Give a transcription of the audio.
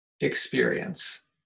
experience